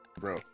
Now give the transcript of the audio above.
bro